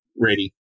ready